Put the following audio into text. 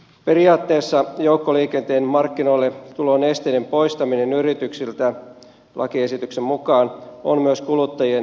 periaatteessa joukkoliikenteen markkinoille tulon esteiden poistaminen yrityksiltä on lakiesityksen mukaan myös kuluttajien etu